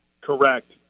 Correct